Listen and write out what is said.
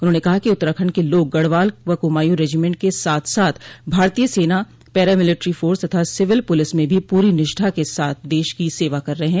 उन्होंने कहा कि उत्तराखंड के लोग गढ़वाल व कुमाऊं रेंजीमेंट के साथ साथ भारतीय सेना पैरा मिलेट्री फोर्स तथा सिविल पुलिस में भी पूरी निष्ठा के साथ देश की सेवा कर रहे हैं